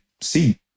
see